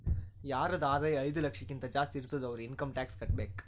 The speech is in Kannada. ಯಾರದ್ ಆದಾಯ ಐಯ್ದ ಲಕ್ಷಕಿಂತಾ ಜಾಸ್ತಿ ಇರ್ತುದ್ ಅವ್ರು ಇನ್ಕಮ್ ಟ್ಯಾಕ್ಸ್ ಕಟ್ಟಬೇಕ್